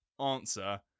answer